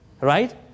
Right